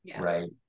Right